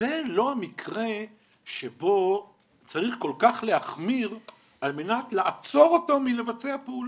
זה לא המקרה שבו צריך כל כך להחמיר על מנת לעצור אותו מלבצע פעולות.